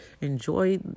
enjoy